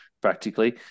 practically